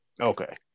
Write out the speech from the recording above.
Okay